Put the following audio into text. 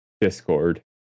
Discord